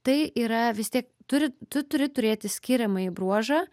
tai yra vis tiek turi tu turi turėti skiriamąjį bruožą